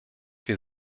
wir